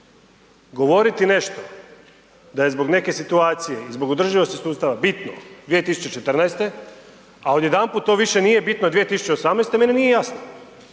Govoriti nešto da je zbog neke situacije i zbog održivosti sustava bitno 2014. a odjedanput to više nije bitno 2018. meni nije jasno.